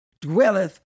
dwelleth